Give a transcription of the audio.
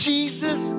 Jesus